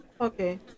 Okay